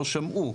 לא שמעו.